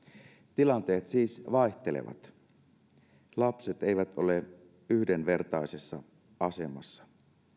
tilanteet siis vaihtelevat lapset eivät ole yhdenvertaisessa asemassa